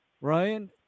ryan